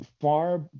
Far